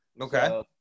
Okay